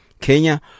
kenya